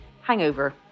hangover